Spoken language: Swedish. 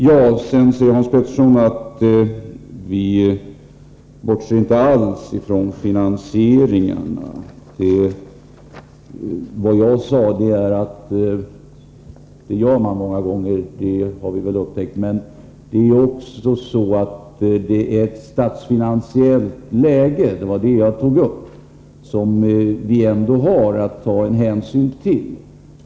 Hans Petersson i Hallstahammar säger att vpk inte alls bortser från finansieringen. Jag sade att vpk många gånger gör det — det har vi upptäckt. Men jag tog också upp detta att vi måste ta hänsyn till det statsfinansiella läget.